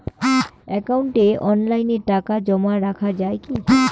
একাউন্টে অনলাইনে টাকা জমা রাখা য়ায় কি?